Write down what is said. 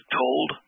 told